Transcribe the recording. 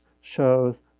shows